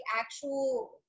actual